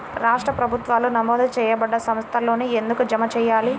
రాష్ట్ర ప్రభుత్వాలు నమోదు చేయబడ్డ సంస్థలలోనే ఎందుకు జమ చెయ్యాలి?